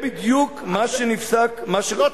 זה בדיוק מה שנפסק --- לא,